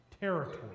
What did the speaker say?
territory